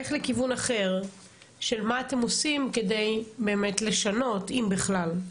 לך לכיוון אחר של מה אתם עושים כדי באמת לשנות אם בכלל.